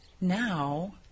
now